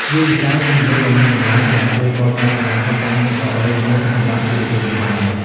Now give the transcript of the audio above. វាជាការវិនិយោគដ៏មានតម្លៃដែលជួយកសាងអនាគតការងារដ៏រុងរឿងសម្រាប់យុវជនខ្មែរ។